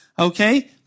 Okay